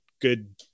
good